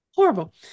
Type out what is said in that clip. Horrible